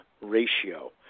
ratio